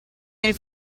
nel